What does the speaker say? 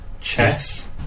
Chess